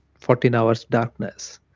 fourteen hours darkness,